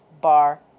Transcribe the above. Bar